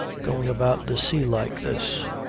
going about the sea like this.